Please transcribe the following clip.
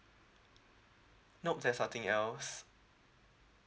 nope there's nothing else